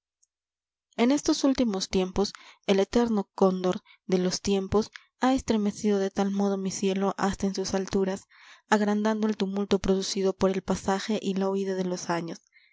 en estos últimos tiempos el eterno cóndor de los tiempos ha estremecido de tal modo mi cielo hasta en sus alturas agrandando el tumulto producido por el pasaje y la huida de los años